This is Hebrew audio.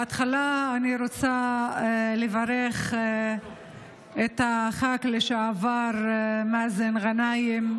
בהתחלה אני רוצה לברך את חבר הכנסת לשעבר מאזן גנאים,